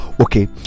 Okay